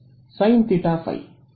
ವಿದ್ಯಾರ್ಥಿ sine theta ϕ